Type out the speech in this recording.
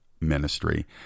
ministry